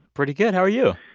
pretty good. how are you?